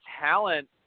talent –